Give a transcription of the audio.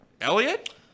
Elliot